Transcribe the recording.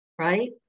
right